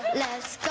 less